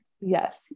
Yes